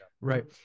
Right